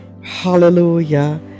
hallelujah